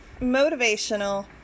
motivational